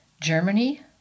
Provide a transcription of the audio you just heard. Germany